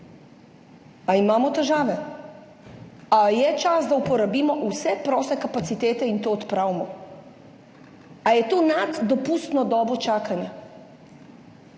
Ali imamo težave? Ali je čas, da uporabimo vse proste kapacitete in to odpravimo? Ali je to nad dopustno dobo čakanja?